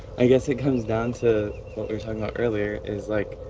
i guess it comes down to what we were talking about earlier is like,